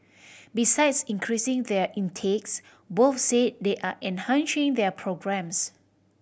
besides increasing their intakes both say they are enhancing their programmes